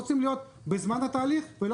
אבל אנחנו רוצים להיות בזמן התהליך ולא